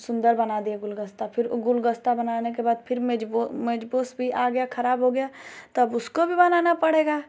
सुन्दर बना दिए गुलगस्ता फिर वह गूलगस्ता बनाने के बाद फिर मेज वह मेजपोश भी आ गया खराब हो गया तब उसको भी बनाना पड़ेगा